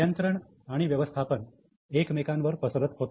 नियंत्रण आणि व्यवस्थापन एकमेकांवर पसरत होते